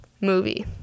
movie